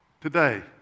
Today